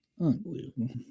Unbelievable